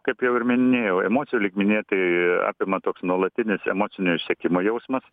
kaip jau ir minėjau emocijų lygmenyje tai apima toks nuolatinis emocinio išsekimo jausmas